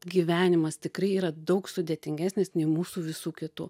gyvenimas tikrai yra daug sudėtingesnis nei mūsų visų kitų